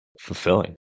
fulfilling